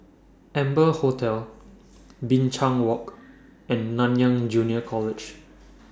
Amber Hotel Binchang Walk and Nanyang Junior College